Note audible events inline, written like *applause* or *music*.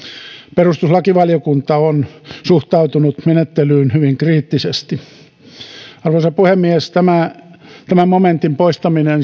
perustuslakivaliokunta on suhtautunut menettelyyn hyvin kriittisesti arvoisa puhemies tämän momentin poistaminen *unintelligible*